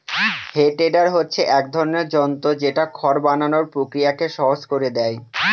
হে tedder হচ্ছে এক ধরনের যন্ত্র যেটা খড় বানানোর প্রক্রিয়াকে সহজ করে দেয়